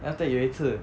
then after 有一次